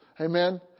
Amen